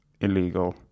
illegal